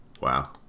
wow